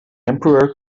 emperor